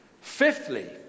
Fifthly